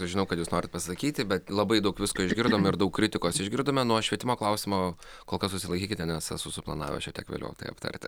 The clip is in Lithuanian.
žinau kad jūs norit pasakyti bet labai daug visko išgirdom ir daug kritikos išgirdome nuo švietimo klausimo kol kas susilaikykite nes esu suplanavęs šiek tiek vėliau tai aptarti